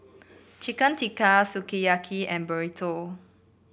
Chicken Tikka Sukiyaki and Burrito